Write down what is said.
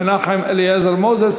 מנחם אליעזר מוזס,